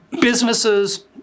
businesses